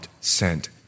sent